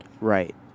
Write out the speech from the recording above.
Right